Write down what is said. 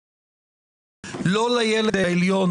ואומרים לא לילד הזה פיללנו,